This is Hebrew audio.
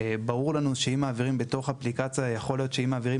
ברור לנו שאם מעבירים בתוך האפליקציה לעומת אם מעבירים